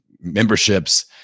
memberships